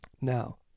Now